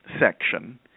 section